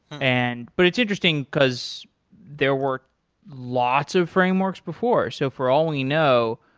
and but it's interesting, because there were lots of frameworks before. so for all we know,